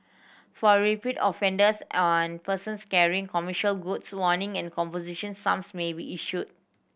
for repeat offenders and persons carrying commercial goods warning and composition sums may be issued